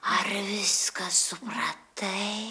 ar viską supratai